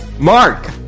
Mark